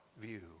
view